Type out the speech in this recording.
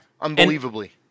Unbelievably